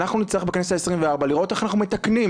אז אנחנו נצטרך בכנסת ה-24 לראות איך אנחנו מתקנים